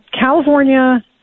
California